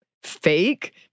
fake